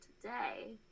today